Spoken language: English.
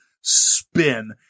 spin